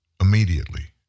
immediately